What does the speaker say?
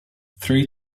three